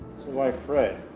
so why fred?